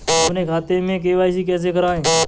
अपने खाते में के.वाई.सी कैसे कराएँ?